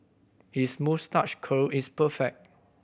his moustache curl is perfect